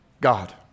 God